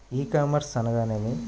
ఈ కామర్స్ అనగానేమి?